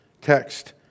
text